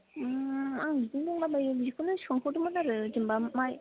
ओम आं बिदिनो दंलाबायो बिखौनो सोंहरदोंमोन आरो जेनेबा माइ